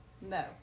No